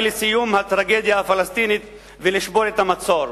לסיום הטרגדיה הפלסטינית ולשבור את המצור?